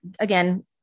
again